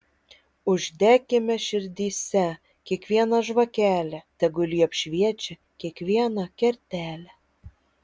uždekime širdyse kiekvieną žvakelę tegul ji apšviečia kiekvieną kertelę